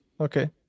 okay